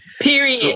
Period